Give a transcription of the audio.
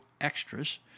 extras